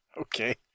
Okay